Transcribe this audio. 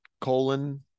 colon